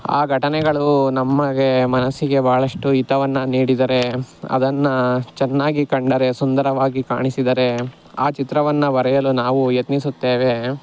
ಆ ಘಟನೆಗಳು ನಮಗೆ ಮನಸ್ಸಿಗೆ ಭಾಳಷ್ಟು ಹಿತವನ್ನು ನೀಡಿದರೆ ಅದನ್ನು ಚೆನ್ನಾಗಿ ಕಂಡರೆ ಸುಂದರವಾಗಿ ಕಾಣಿಸಿದರೆ ಆ ಚಿತ್ರವನ್ನು ಬರೆಯಲು ನಾವು ಯತ್ನಿಸುತ್ತೇವೆ